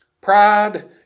Pride